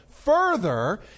further